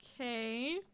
okay